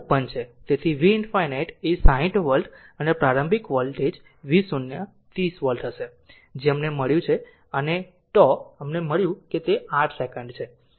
તેથી V ∞ એ 60 volt અને પ્રારંભિક વોલ્ટેજ v0 30 વોલ્ટ હશે જે અમને મળ્યું અને τ અમને મળ્યું કે તે 8 સેકંડ છે